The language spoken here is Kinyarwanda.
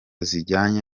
zijyanye